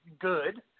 good